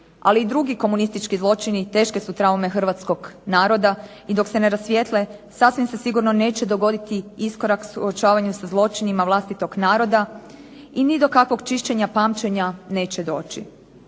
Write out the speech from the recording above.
ali i drugi komunistički zločini teške su traume hrvatskog naroda i dok se ne rasvijetle sasvim se sigurno neće dogoditi iskorak suočavanja sa zločinima vlastitog naroda i ni do kakvog čišćenja pamćenja neće doći.